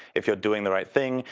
if you're doing the right thing,